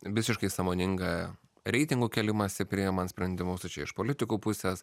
visiškai sąmoningą reitingų kėlimąsi priimant sprendimus tai čia iš politikų pusės